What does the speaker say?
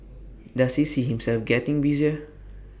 does he see himself getting busier